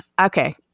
Okay